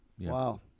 Wow